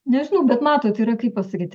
nežinau bet matot yra kaip pasakyt